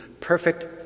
perfect